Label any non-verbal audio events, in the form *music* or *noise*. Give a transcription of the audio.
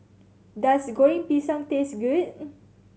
does Goreng Pisang taste good *noise*